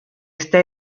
esta